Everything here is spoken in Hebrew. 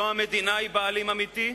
לא המדינה היא בעלים אמיתי,